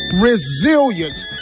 Resilience